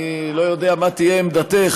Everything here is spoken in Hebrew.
אני לא יודע מה תהיה עמדתך,